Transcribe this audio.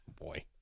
Boy